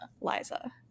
Liza